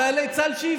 חיילי צה"ל,